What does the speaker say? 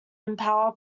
empower